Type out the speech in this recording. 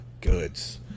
goods